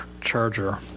charger